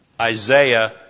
Isaiah